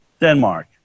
Denmark